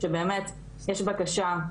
שבאמת יש בקשה,